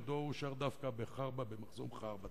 מדוע הושאר דווקא במחסום חרבתה?